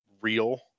real